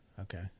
Okay